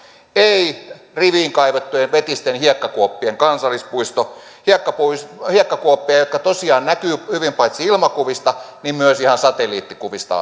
ei riviin kaivettujen vetisten hiekkakuoppien kansallispuisto hiekkakuoppia hiekkakuoppia jotka tosiaan näkyvät hyvin paitsi ilmakuvista myös ihan satelliittikuvista